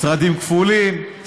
משרדים כפולים,